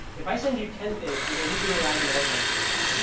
if i send you ten things, do they need to arrive in order on the other side, or